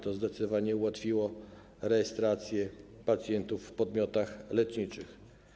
To zdecydowanie ułatwiło rejestrację pacjentów w podmiotach leczniczych.